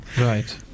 Right